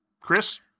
chris